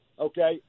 Okay